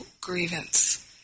grievance